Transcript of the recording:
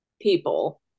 people